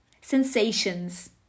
Sensations